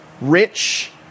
rich